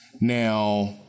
now